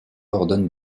ordonne